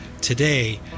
today